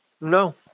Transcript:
No